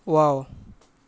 wow